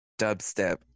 dubstep